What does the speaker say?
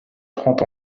trente